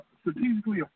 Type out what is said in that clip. strategically